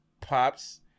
pops